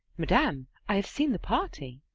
madam, i have seen the party.